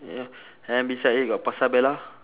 ya and beside it got pasarbella